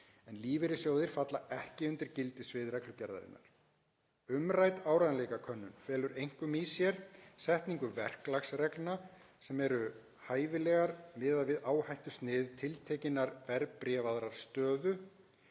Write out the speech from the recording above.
en lífeyrissjóðir falla ekki undir gildissvið reglugerðarinnar. Umrædd áreiðanleikakönnun felur einkum í sér setningu verklagsreglna sem eru hæfilegar miðað við áhættusnið tiltekinnar verðbréfaðrar stöðu,